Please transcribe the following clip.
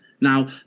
Now